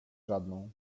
żadną